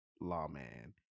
lawman